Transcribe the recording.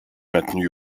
maintenu